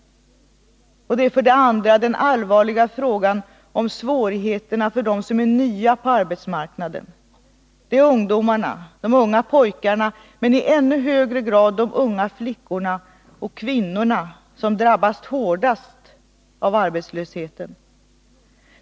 "Den andra allvarliga frågan är svårigheterna för dem som är nya på arbetsmarknaden. Det är ungdomarna, de unga pojkarna men i ännu högre grad de unga flickorna, och kvinnorna som drabbas hårdast av arbetslösheten.